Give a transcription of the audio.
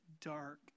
dark